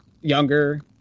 younger